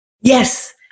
Yes